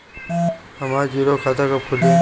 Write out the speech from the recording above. हमरा जीरो खाता कब खुली?